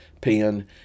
pen